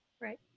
Right